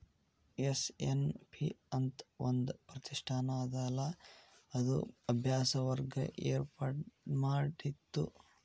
SNP ಅಂತ್ ಒಂದ್ ಪ್ರತಿಷ್ಠಾನ ಅದಲಾ ಅದು ಅಭ್ಯಾಸ ವರ್ಗ ಏರ್ಪಾಡ್ಮಾಡಿತ್ತು